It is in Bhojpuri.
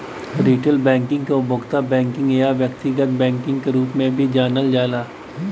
रिटेल बैंकिंग के उपभोक्ता बैंकिंग या व्यक्तिगत बैंकिंग के रूप में भी जानल जाला